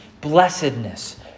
blessedness